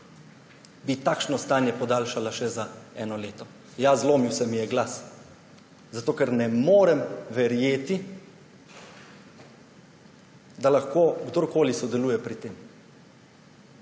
bi takšno stanje podaljšala še za eno leto. Ja, zlomil se mi je glas, zato ker ne morem verjeti, da lahko kdorkoli sodeluje pri tem.